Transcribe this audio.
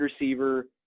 receiver